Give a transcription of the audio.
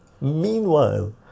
Meanwhile